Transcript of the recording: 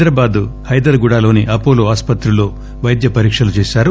హైదరాబాద్ హైదర్ గూడలోని అపోలో ఆస్పత్రిలో వైద్య పరీక్షలు చేశారు